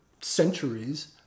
centuries